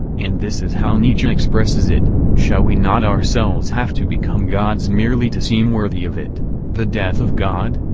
and this is how nietzsche and expresses it shall we not ourselves have to become gods merely to seem worthy of it the death of god?